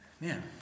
man